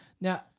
Now